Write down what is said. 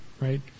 right